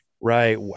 right